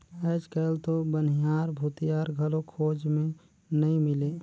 आयज कायल तो बनिहार, भूथियार घलो खोज मे नइ मिलें